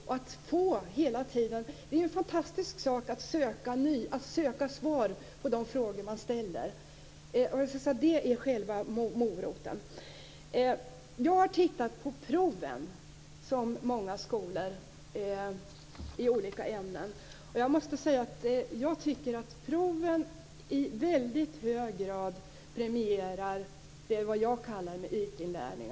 Det är ju en fantastisk sak att söka svar på de frågor man ställer. Det är själva moroten. Jag har tittat på prov i olika ämnen från många skolor. Jag måste säga att jag tycker att de i väldigt hög grad premierar det som jag kallar för ytinlärning.